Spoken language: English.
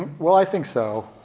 well i think so.